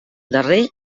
darrer